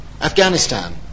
Afghanistan